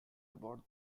about